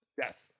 Yes